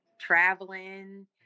traveling